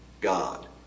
God